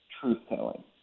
truth-telling